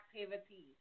activities